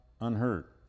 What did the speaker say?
unhurt